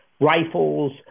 rifles